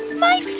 my